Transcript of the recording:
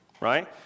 right